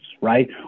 right